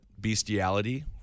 bestiality-